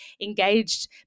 engaged